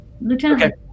Lieutenant